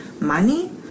money